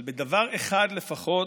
אבל בדבר אחד לפחות